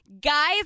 guys